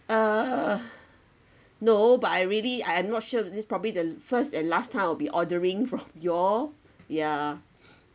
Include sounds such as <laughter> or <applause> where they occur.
err !huh! no but I really I am not sure this is probably the first and last time I'll be ordering from <laughs> your y'all ya